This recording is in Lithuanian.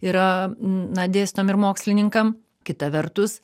yra na dėstytojam ir mokslininkam kita vertus